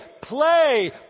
play